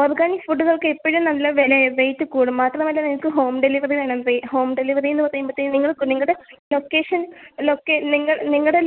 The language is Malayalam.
ഓർഗാനിക് ഫുഡുകൾക്ക് എപ്പോഴും നല്ല വിലയാ റേയ്റ്റ് കൂടും മാത്രമല്ല നിങ്ങൾക്ക് ഹോം ഡെലിവറി വേണം വേണം ഹോം ഡെലിവറിയെന്ന് പറയുമ്പോഴത്തേനും നിങ്ങൾ നിങ്ങളുടെ ലൊക്കേഷൻ ലൊക്കെ നിങ്ങൾ നിങ്ങളുടെ